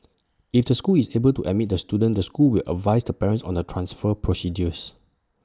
if the school is able to admit the student the school will advise the parent on the transfer procedures